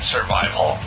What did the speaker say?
Survival